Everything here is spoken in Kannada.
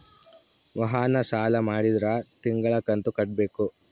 ವಾಹನ ಸಾಲ ಮಾಡಿದ್ರಾ ತಿಂಗಳ ಕಂತು ಕಟ್ಬೇಕು